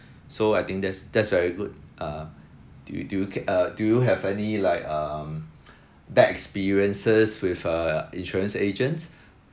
so I think that's that's very good uh do you do you uh do you have any like um bad experiences with a insurance agent